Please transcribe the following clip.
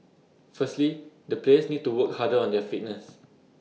firstly the players need to work harder on their fitness